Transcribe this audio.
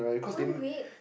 one week